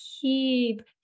keep